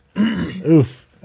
Oof